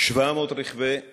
700 רכבי כיבוי,